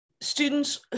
students